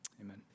amen